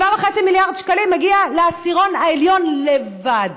7.5 מיליארד שקלים מגיע לעשירון העליון לבד.